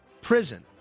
prison